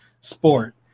sport